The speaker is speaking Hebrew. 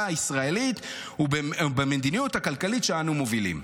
הישראלית ובמדיניות הכלכלית שאנו מובילים.